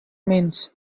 means